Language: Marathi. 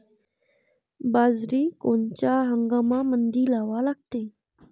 बाजरी कोनच्या हंगामामंदी लावा लागते?